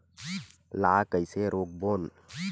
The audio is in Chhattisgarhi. ला कइसे रोक बोन?